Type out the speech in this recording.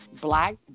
Black